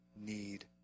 need